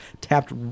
tapped